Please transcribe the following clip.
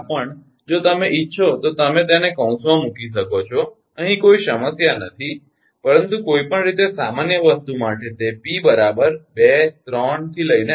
તેથી આ પણ જો તમે ઇચ્છો તો તમે તેને કૌંસમાં મૂકી શકો છો અહીં કોઈ સમસ્યા નથી પરંતુ કોઈપણ રીતે સામાન્ય વસ્તુ માટે તે 𝑝 23